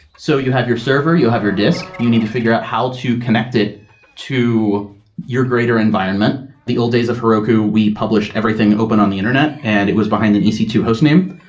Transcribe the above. so you have your server. you have your disk and you need to figure out how to connect it to your greater environment. the old days of heroku, we published everything open on the internet, and it was behind an e c two host name.